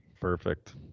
perfect